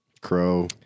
Crow